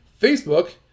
Facebook